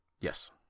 Yes